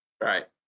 Right